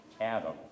Adam